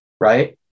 right